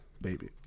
baby